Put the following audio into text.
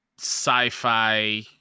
sci-fi